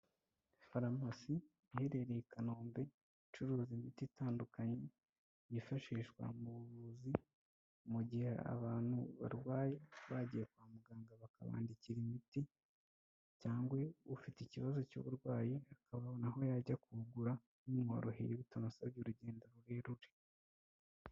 Foromasi iherereye i Kanombe, icuruza imiti itandukanye yifashishwa mu buvuzi mu gihe abantu barwaye bagiye kwa muganga, bakabandikira imiti cyangwa ufite ikibazo cy'uburwayi akaba yabona aho yajya kuwugura bimworoheye bitamusabye urugendo rurerure.